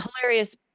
hilarious